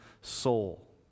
soul